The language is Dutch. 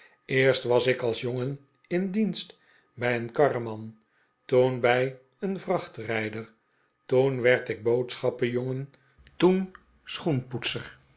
eerst was ik als jongen in dienst bij een karreman toen bij een vrachtrijder toen werd ik boodschappenjongen toen